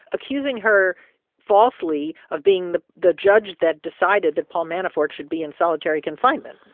accusing her falsely of being the the judge that decided that paul manafort should be in solitary confinement,